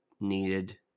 needed